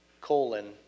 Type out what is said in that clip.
colon